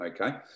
okay